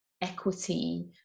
equity